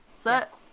set